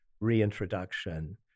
reintroduction